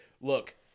look